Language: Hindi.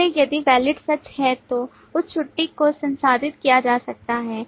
इसलिए यदि वैलिड सच है तो उस छुट्टी को संसाधित किया जा सकता है